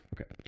Okay